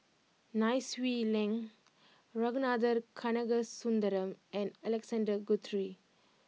Nai Swee Leng Ragunathar Kanagasuntheram and Alexander Guthrie